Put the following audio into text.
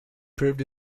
proved